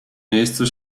miejscu